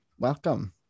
Welcome